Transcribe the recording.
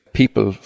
people